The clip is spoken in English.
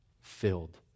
filled